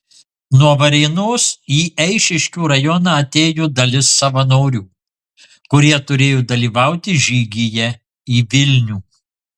nuo varėnos į eišiškių rajoną atėjo dalis savanorių kurie turėjo dalyvauti žygyje į vilnių